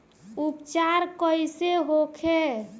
उपचार कईसे होखे?